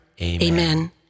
Amen